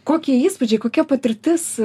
kokie įspūdžiai kokia patirtis